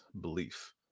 belief